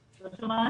גם ממה